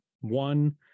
one